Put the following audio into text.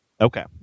Okay